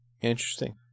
Interesting